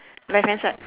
left hand side